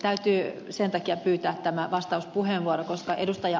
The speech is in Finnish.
täytyi sen takia pyytää tämä vastauspuheenvuoro että ed